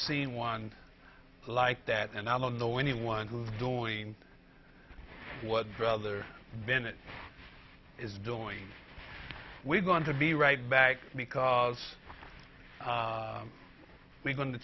seen one like that and i don't know anyone who doreen what brother bennett is doing we're going to be right back because we're going to